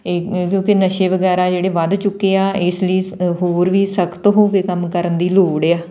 ਇਹ ਕਿਉਂਕਿ ਨਸ਼ੇ ਵਗੈਰਾ ਜਿਹੜੇ ਵੱਧ ਚੁੱਕੇ ਆ ਇਸ ਲਈ ਸ ਹੋਰ ਵੀ ਸਖ਼ਤ ਹੋ ਕੇ ਕੰਮ ਕਰਨ ਦੀ ਲੋੜ ਆ